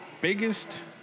biggest